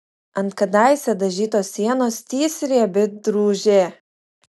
ant kadaise dažytos sienos tįsi riebi drūžė